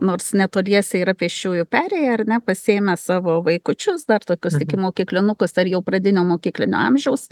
nors netoliese yra pėsčiųjų perėja ar ne pasiėmę savo vaikučius dar tokius ikimokyklinukus ar jau pradinio mokyklinio amžiaus